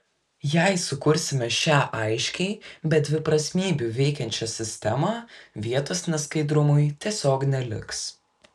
jei sukursime šią aiškiai be dviprasmybių veikiančią sistemą vietos neskaidrumui tiesiog neliks